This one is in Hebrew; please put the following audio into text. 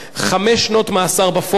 חמש שנות מאסר בפועל,